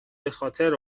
بخاطر